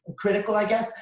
critical i guess.